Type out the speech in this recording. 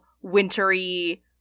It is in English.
wintery